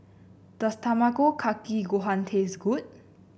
does Tamago Kake Gohan taste good